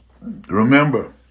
Remember